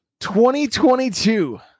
2022